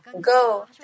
Go